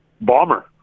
Bomber